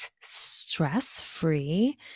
Stress-free